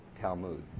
Talmud